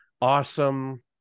awesome